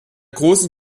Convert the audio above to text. großen